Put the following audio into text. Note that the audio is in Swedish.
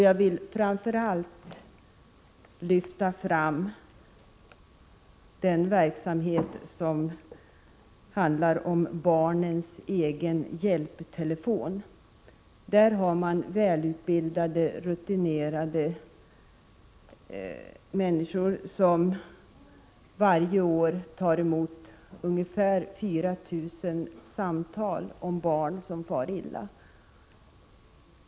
Jag vill framför allt lyfta ftam den verksamhet som kallas Barnens egen hjälptelefon. Där har man välutbildade, rutinerade människor som varje år tar emot ungefär 4 000 samtal om barn som far illa.